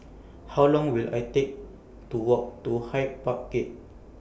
How Long Will I Take to Walk to Hyde Park Gate